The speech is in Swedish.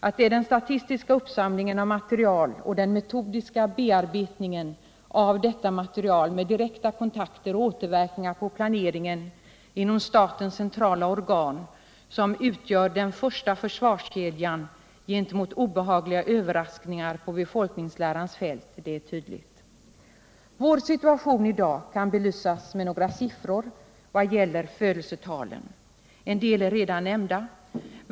Att det är den statistiska uppsamlingen av material och den metodiska bearbetningen av detta material med direkta kontakter och återverkningar på planeringen inom statens centrala organ som utgör den första försvarskedjan gentemot obehagliga överraskningar på befolkningslärans fält är tydligt. Vår situation i dag kan belysas med några siffror vad gäller födelsetalen. En del är redan nämnda.